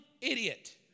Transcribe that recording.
idiot